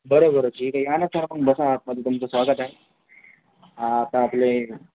बरं बरं ठीक आहे या ना सर आपण बसा आतमध्ये तुमचं स्वागत आहे आत आपले